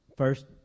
First